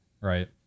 right